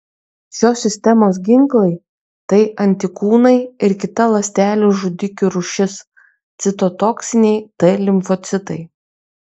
šios sistemos ginklai tai antikūnai ir kita ląstelių žudikių rūšis citotoksiniai t limfocitai